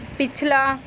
ਪਿਛਲਾ